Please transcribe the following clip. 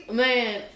man